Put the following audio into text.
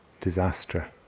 disaster